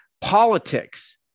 politics